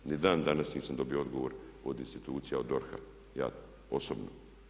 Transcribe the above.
Ni dan danas nisam dobio odgovor od institucija, od DORH-a, ja osobno.